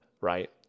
right